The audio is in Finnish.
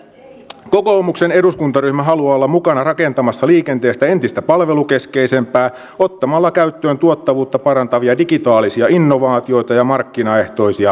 kokoomuksen eduskuntaryhmä haluaa olla mukana rakentamassa liikenteestä entistä palvelukeskeisempää ottamalla käyttöön tuottavuutta parantavia digitaalisia innovaatioita ja markkinaehtoisia palveluita